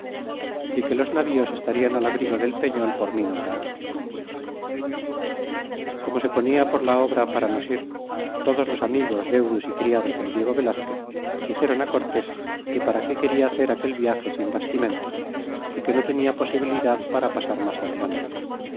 y que los navíos estarian al abrigo del peñol por mí nombrado y como se ponia por la obra para nos ir todos los amigos deudos y criados del diego velazquez dixérou cortés que para qué queda hacer aquel viage sin bastimentos é que no tenia posibilidad para pasar mas adelante